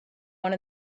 one